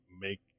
make